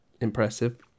impressive